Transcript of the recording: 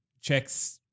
checks